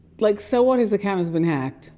like so what his account has been hacked